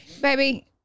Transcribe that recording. Baby